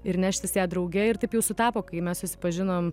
ir neštis ją drauge ir taip jau sutapo kai mes susipažinom